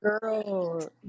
girl